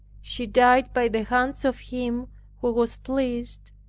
she died by the hands of him who was pleased,